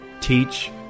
teach